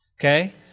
Okay